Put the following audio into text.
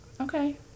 Okay